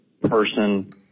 person